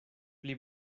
pli